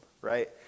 right